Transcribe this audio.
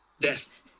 death